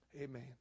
Amen